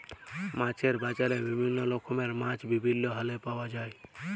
মাছের বাজারে বিভিল্য রকমের মাছ বিভিল্য হারে পাওয়া যায়